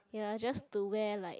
ya just to wear like